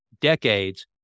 decades